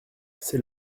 c’est